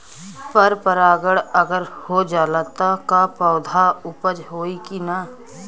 पर परागण अगर हो जाला त का पौधा उपज होई की ना?